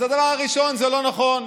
אז דבר ראשון, זה לא נכון.